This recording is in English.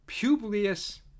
Publius